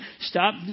stop